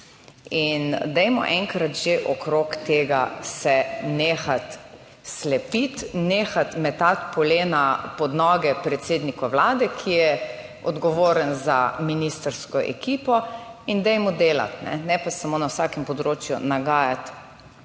In dajmo enkrat že okrog tega se nehati slepiti, nehati metati polena pod noge predsedniku Vlade, ki je odgovoren za ministrsko ekipo in dajmo delati, ne pa samo na vsakem področju nagajati in